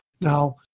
Now